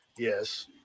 Yes